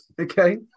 Okay